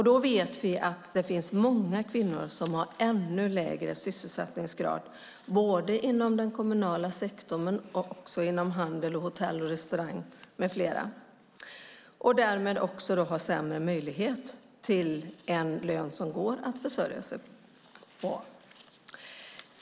Då vet vi att det finns många kvinnor som har ännu lägre sysselsättningsgrad, både inom den kommunala sektorn och inom handel, hotell och restaurang med mera, och därmed också har sämre möjlighet till en lön som det går att försörja sig på.